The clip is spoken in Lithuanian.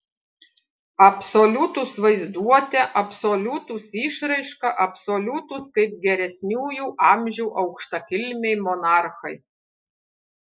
absoliutūs vaizduote absoliutūs išraiška absoliutūs kaip geresniųjų amžių aukštakilmiai monarchai